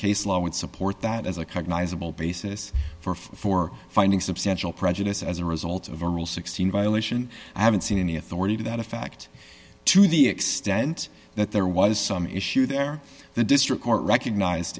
case law and so port that as a cognizable basis for for finding substantial prejudice as a result of a rule sixteen violation i haven't seen any authority to that effect to the extent that there was some issue there the district court recognized